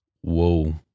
whoa